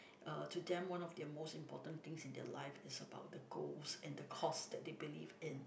uh to them one of their most important things in their life is about the goals and the cause that they believed in